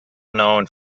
known